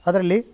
ಅದರಲ್ಲಿ